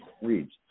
reads